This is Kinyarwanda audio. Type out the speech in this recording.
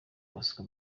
bosco